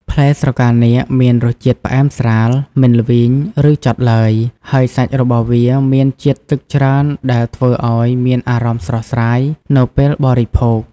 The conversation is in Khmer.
ផ្លែស្រកានាគមានរសជាតិផ្អែមស្រាល មិនល្វីង ឬចត់ឡើយ ហើយសាច់របស់វាមានជាតិទឹកច្រើនដែលធ្វើឱ្យមានអារម្មណ៍ស្រស់ស្រាយនៅពេលបរិភោគ។